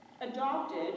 adopted